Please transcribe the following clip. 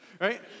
right